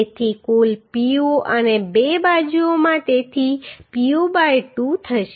તેથી કુલ pu અને બે બાજુઓમાં તેથી તે pu બાય 2 થશે